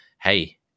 hey